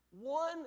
One